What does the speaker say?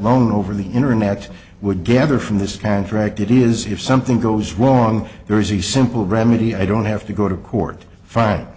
loan over the internet would gather from this contract it is if something goes wrong there is a simple remedy i don't have to go to court file